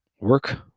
work